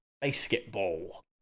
Basketball